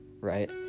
right